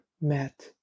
met